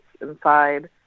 inside